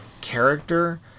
character